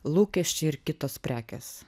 lūkesčiai ir kitos prekės